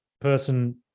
person